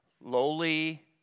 Lowly